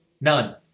none